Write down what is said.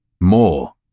more